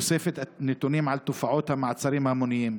ואוספת נתונים על תופעת המעצרים ההמוניים.